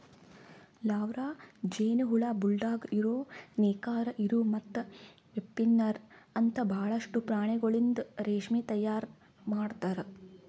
larva, ಜೇನುಹುಳ, bulldog ಇರು, ನೇಕಾರ ಇರು ಮತ್ತ ವೆಬ್ಸ್ಪಿನ್ನರ್ ಅಂತ ಭಾಳಷ್ಟು ಪ್ರಾಣಿಗೊಳಿಂದ್ ರೇಷ್ಮೆ ತೈಯಾರ್ ಮಾಡ್ತಾರ